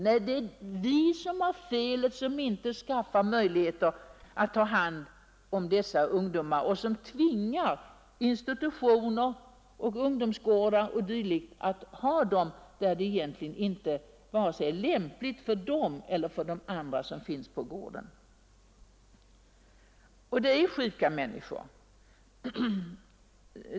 Nej, det är vi som har felet som inte skaffar möjligheter att ta hand om dessa ungdomar och som tvingar institutioner, ungdomsgårdar o. d. att ta hand om dessa ungdomar, vilket inte är lämpligt vare sig för dem själva eller för de andra som vistas på gårdarna. Det gäller sjuka människor.